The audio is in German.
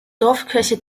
dorfkirche